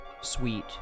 sweet